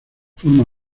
forma